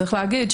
צריך להגיד,